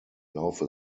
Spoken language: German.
laufe